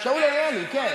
שאול אריאלי, כן.